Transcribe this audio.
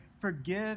forgive